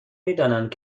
میدانند